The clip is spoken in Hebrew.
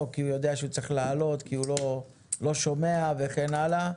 כי הוא יודע שהוא צריך לעלות כי הוא לא שומע וכן הלאה.